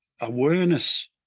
awareness